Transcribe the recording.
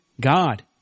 God